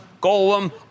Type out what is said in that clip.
Golem